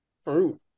fruit